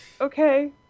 okay